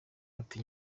ati